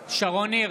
בהצבעה שרון ניר,